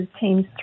teams